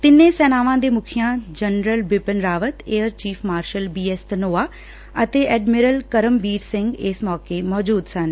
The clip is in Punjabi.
ਤਿੰਨੇ ਸੈਨਾਵਾਂ ਦੇ ਮੁਖੀਆਂ general Bipin Rawat air chief marshal BS Dhanoa ਅਤੇ ਅਰਮੀਰਲ ਕਰਮਬੀਰ ਸਿੰਘ ਇਸ ਸੌਕੇ ਮੌਜੂਦ ਸਨ